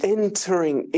entering